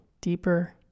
deeper